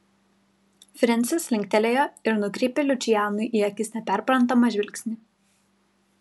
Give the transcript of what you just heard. frensis linktelėjo ir nukreipė lučianui į akis neperprantamą žvilgsnį